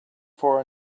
for